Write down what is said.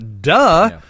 Duh